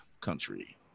country